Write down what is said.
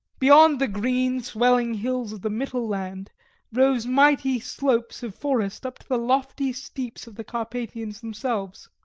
beyond the green swelling hills of the mittel land rose mighty slopes of forest up to the lofty steeps of the carpathians themselves.